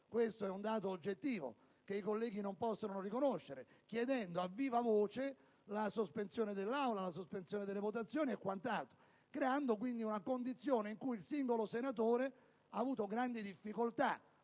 Questo è un dato oggettivo che i colleghi non possono non riconoscere: si chiedeva a viva voce la sospensione della seduta e delle votazioni, quindi si è creata una condizione in cui il singolo senatore ha avuto grandi difficoltà